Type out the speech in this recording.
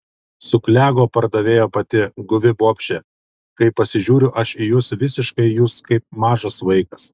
suklego pardavėjo pati guvi bobšė kai pasižiūriu aš į jus visiškai jūs kaip mažas vaikas